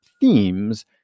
themes